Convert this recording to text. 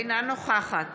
אינה נוכחת